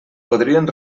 podrien